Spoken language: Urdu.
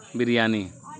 اس بریانی